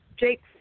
Jake